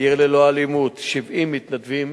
"עיר ללא אלימות" 70 מתנדבים